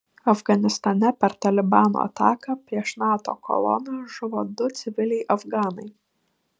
afganistane per talibano ataką prieš nato koloną žuvo du civiliai afganai